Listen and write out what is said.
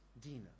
Dina